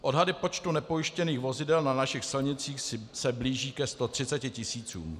Odhady počtu nepojištěných vozidel na našich silnicích se blíží ke 130 tisícům.